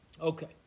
Okay